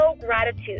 gratitude